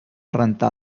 rentar